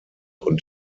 und